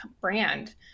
brand